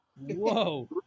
Whoa